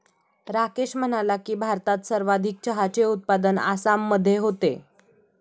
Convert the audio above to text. राकेश म्हणाला की, भारतात सर्वाधिक चहाचे उत्पादन आसाममध्ये होते